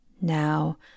Now